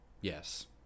Yes